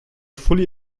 fully